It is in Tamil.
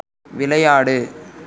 விளையாடு